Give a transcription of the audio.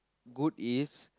good is